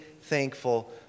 thankful